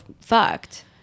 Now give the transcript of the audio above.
fucked